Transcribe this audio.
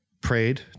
prayed